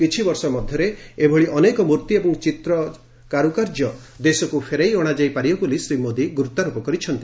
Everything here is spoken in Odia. କିଛି ବର୍ଷ ମଧ୍ୟରେ ଏଭଳି ଅନେକ ମୂର୍ତ୍ତି ଏବଂ ଚିତ୍ର କାରୁକାର୍ଯ୍ୟ ଦେଶକୁ ଫେରାଇ ଅଣାଯାଇପାରିବ ବୋଲି ଶ୍ରୀ ମୋଦି ଗୁରୁତ୍ୱାରୋପ କରିଛନ୍ତି